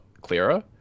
clearer